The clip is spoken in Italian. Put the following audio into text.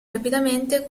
rapidamente